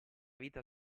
vita